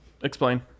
Explain